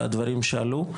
והדברים שעלו.